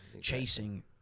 chasing